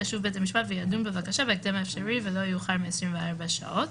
ישוב בית המשפט וידון בבקשה בהקדם האפשרי ולא יאוחר מ־24 שעות